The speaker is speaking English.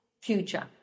future